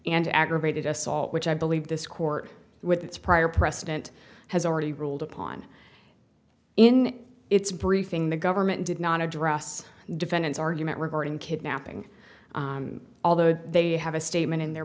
and aggravated assault which i believe this court with its prior precedent has already ruled upon in its briefing the government did not address defendant's argument regarding kidnapping although they have a statement in their